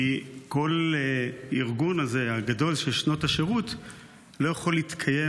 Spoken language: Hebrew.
כי כל הארגון הגדול הזה של שנות השירות לא יכול להתקיים